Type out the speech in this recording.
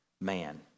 man